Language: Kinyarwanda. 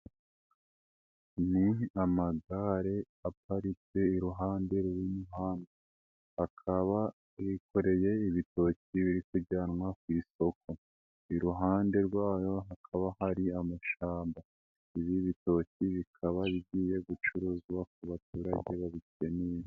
Ni amagare aparitse iruhande rw'umuhanda, bakaba bikoreye ibitoki biri kujyanwa ku isoko, iruhande rwayo hakaba hari amashamba, ibi bitoki bikaba bigiye gucuruzwa ku baturage babikeneye.